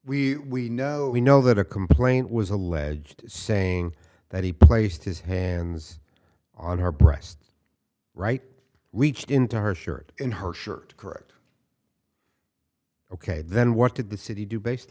we know we know that a complaint was alleged saying that he placed his hands on her breast right reached into her shirt and her shirt correct ok then what did the city do based